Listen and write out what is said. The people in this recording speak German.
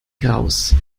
graus